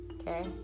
okay